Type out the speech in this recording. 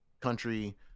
country